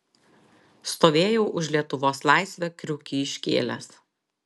stovėjau už lietuvos laisvę kriukį iškėlęs